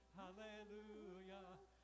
hallelujah